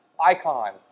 icon